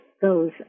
goes